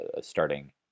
starting